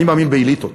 אני מאמין באליטות,